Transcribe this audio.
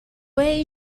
این